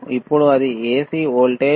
ఇప్పుడు ఇది AC voltage